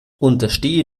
unterstehe